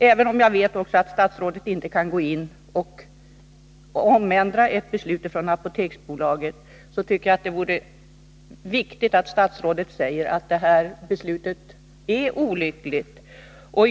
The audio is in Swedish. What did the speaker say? Även om jag vet att statsrådet inte kan gå in och ändra ett beslut som Apoteksbolaget har fattat, tycker jag att det skulle vara viktigt att statsrådet säger att det här beslutet är olyckligt.